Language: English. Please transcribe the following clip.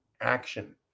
action